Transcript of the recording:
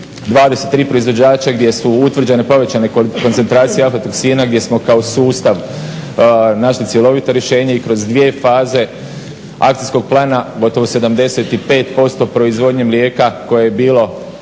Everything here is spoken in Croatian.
923 proizvođača gdje su utvrđene povećane koncentracije aflatoksina gdje smo kao sustav našli cjelovito rješenje i kroz dvije faze akcijskog plana gotovo 75% proizvodnje mlijeka koje je bilo